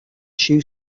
shoe